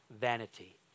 vanity